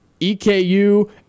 EKU